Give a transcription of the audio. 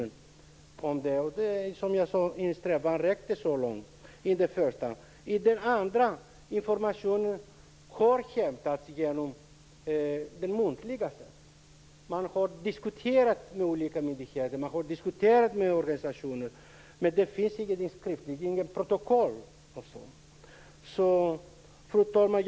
Information har också lämnats på ett muntligt sätt. Man har diskuterat med olika myndigheter och organisationer, men det finns inget skriftligt protokoll på detta. Fru talman!